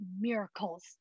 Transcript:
miracles